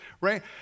right